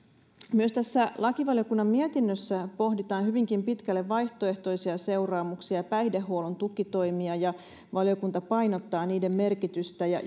myös tässä lakivaliokunnan mietinnössä pohditaan hyvinkin pitkälle vaihtoehtoisia seuraamuksia päihdehuollon tukitoimia valiokunta painottaa niiden merkitystä ja